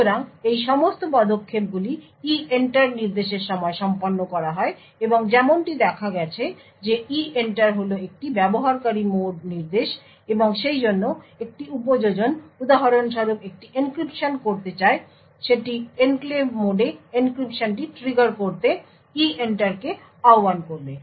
সুতরাং এই সমস্ত পদক্ষেপগুলি EENTER নির্দেশের সময় সম্পন্ন করা হয় এবং যেমনটি দেখ গেছে যে EENTER হল একটি ব্যবহারকারী মোড নির্দেশ এবং সেইজন্য একটি উপযোজন উদাহরণস্বরূপ একটি এনক্রিপশন করতে চায় সেটি এনক্লেভ মোডে এনক্রিপশনটি ট্রিগার করতে EENTER কে আহ্বান করবে